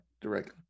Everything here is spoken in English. directly